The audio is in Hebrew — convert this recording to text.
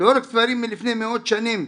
לא רק ספרים מלפני מאות שנים,